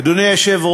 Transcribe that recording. לסדר-היום מס' 5340,